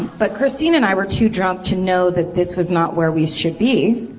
but christine and i were too drunk to know that this was not where we should be.